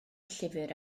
llyfr